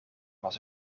was